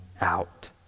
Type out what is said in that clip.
out